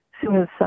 suicide